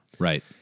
Right